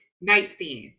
nightstand